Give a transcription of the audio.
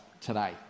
today